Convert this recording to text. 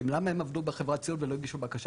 כי למה הם עבדו בחברת סיעוד ולא הגישו בקשה,